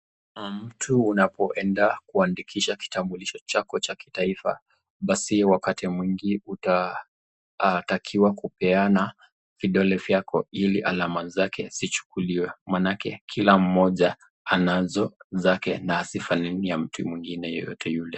Mtu unapoenda kuandikisha kitambulisho chako cha kitaifa, basi wakati mwingi utatakiwa kupeana vidole vyako ili alama zake zichukuliwe, maanake kila mmoja anazo zake na hazifanani na mtu mwingine yeyote yule.